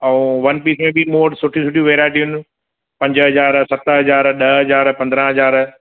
ऐं one piece में बि मूं वटि सुठी सुठी वेराएटियूं आहिनि पंज हज़ार सत हज़ार ॾह हज़ार पंदरहं हज़ार